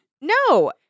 No